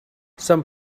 some